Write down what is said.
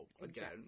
again